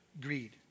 greed